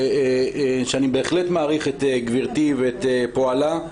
שאני בהחלט מעריך את גברתי ואת פועלה,